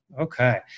Okay